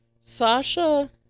Sasha